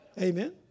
Amen